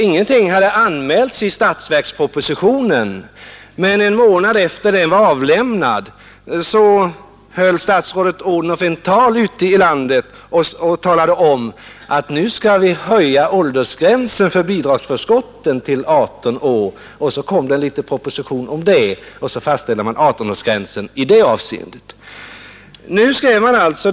Ingenting hade anmälts i statsverkspropositionen, men en månad efter det att den var avlämnad höll statsrådet Odhnoff ett tal ute i landet i vilket hon meddelade att ”nu skall vi höja åldersgränsen för bidragsförskotten till 18 år”. Och så kom det en liten proposition om det, och 18-årsgränsen fastställdes för bidragsförskotten.